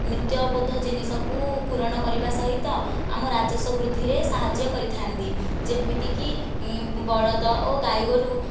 ନିତ୍ୟବୋଧ ଜିନିଷକୁ ପୂରଣ କରିବା ସହିତ ଆମ ରାଜସ୍ବ ବୃଦ୍ଧିରେ ସାହାଯ୍ୟ କରିଥାନ୍ତି ଯେମିତି କି ବଳଦ ଓ ଗାଈ ଗୋରୁ